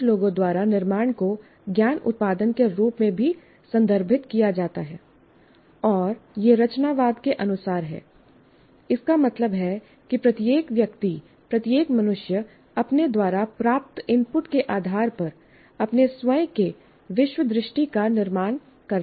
कुछ लोगों द्वारा निर्माण को ज्ञान उत्पादन के रूप में भी संदर्भित किया जाता है और यह रचनावाद के अनुसार है इसका मतलब है कि प्रत्येक व्यक्ति प्रत्येक मनुष्य अपने द्वारा प्राप्त इनपुट के आधार पर अपने स्वयं के विश्वदृष्टि का निर्माण करता है